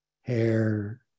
hair